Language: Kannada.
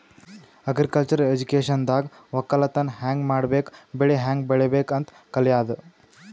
ಅಗ್ರಿಕಲ್ಚರ್ ಎಜುಕೇಶನ್ದಾಗ್ ವಕ್ಕಲತನ್ ಹ್ಯಾಂಗ್ ಮಾಡ್ಬೇಕ್ ಬೆಳಿ ಹ್ಯಾಂಗ್ ಬೆಳಿಬೇಕ್ ಅಂತ್ ಕಲ್ಯಾದು